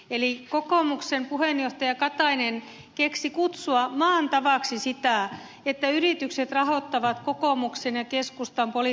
eli kokoomuksen puheenjohtaja katainen keksi kutsua maan tavaksi sitä että yritykset rahoittavat kokoomuksen ja keskustan poliittista toimintaa